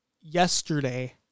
yesterday